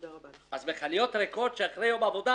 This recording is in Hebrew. אז מכליות ריקות אחרי יום עבודה